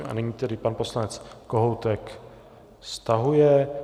A nyní tedy pan poslanec Kohoutek stahuje.